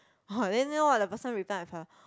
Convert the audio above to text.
!huh! then you know what the person replied my father